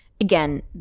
again